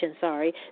sorry